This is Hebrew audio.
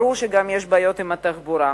ברור שיש גם בעיות עם התחבורה.